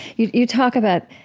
you you talk about